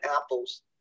apples